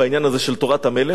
שגם בתשובת השר